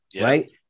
right